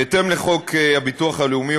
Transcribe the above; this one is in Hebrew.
בהתאם לחוק הביטוח הלאומי,